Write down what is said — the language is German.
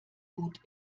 gut